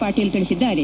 ಪಾಟೀಲ್ ತಿಳಿಸಿದ್ದಾರೆ